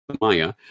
Maya